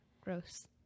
Gross